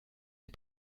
des